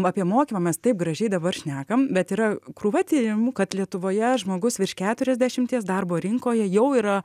apie mokymą mes taip gražiai dabar šnekam bet yra krūva tyrimų kad lietuvoje žmogus virš keturiasdešimties darbo rinkoje jau yra